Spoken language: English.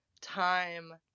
time